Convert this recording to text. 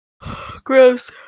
Gross